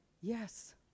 yes